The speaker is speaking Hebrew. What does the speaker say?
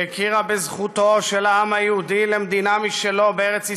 שהכירה בזכותו של העם היהודי למדינה משלו בארץ ישראל,